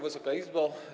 Wysoka Izbo!